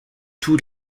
tous